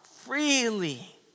freely